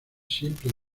siempre